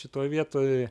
šitoj vietoj